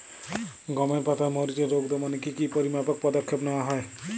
গমের পাতার মরিচের রোগ দমনে কি কি পরিমাপক পদক্ষেপ নেওয়া হয়?